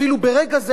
אפילו ברגע זה,